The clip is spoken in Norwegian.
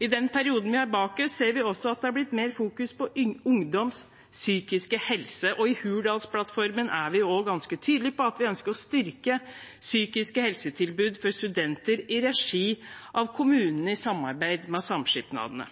i 2022. I perioden vi har bak oss, ser vi også at det har blitt fokusert mer på ungdoms psykiske helse. I Hurdalsplattformen er vi også ganske tydelige på at vi ønsker å styrke psykiske helsetilbud for studenter i regi av kommunene i samarbeid med samskipnadene.